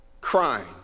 crying